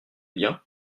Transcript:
bien